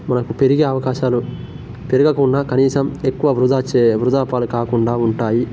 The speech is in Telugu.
మనకు పెరిగే అవకాశాలు పెరగకుండా కనీసం ఎక్కువ వృధా చే వృధా పాలు కాకుండా ఉంటాయి